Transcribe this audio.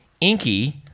Inky